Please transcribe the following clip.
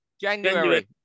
January